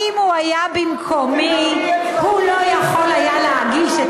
במקום להטיף לי מוסר,